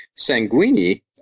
Sanguini